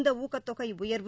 இந்தஊக்கத்தொகைஉயர்வு